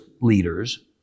leaders